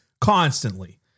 constantly